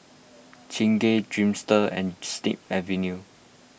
Chingay Dreamster and Snip Avenue